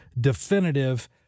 definitive